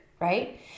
right